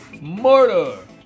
murder